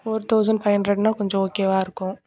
four thousand five ஹண்ட்ரட்னால் கொஞ்சம் ஓகேவாக இருக்கும்